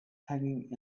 hanging